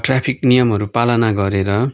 traffic नियमहरू पालना गरेर